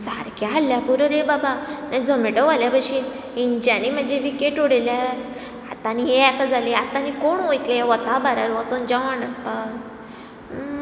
सारकें हाडल्या पुरो रे बाबा नाजाल्या झोमेटो वाल्या भशेन हेंच्यांनी म्हाजी विकेट उडयल्यार आतां आनी हे जाली आतां आनी कोण वयतलो ह्या वता भारार वचून जेवण करपाक